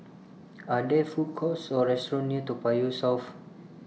Are There Food Courts Or restaurants near Toa Payoh South